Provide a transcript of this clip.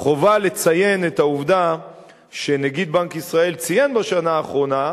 חובה לציין את העובדה שנגיד בנק ישראל ציין בשנה האחרונה,